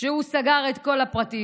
והוא סגר את כל הפרטים.